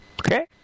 Okay